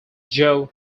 joe